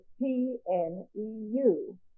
P-N-E-U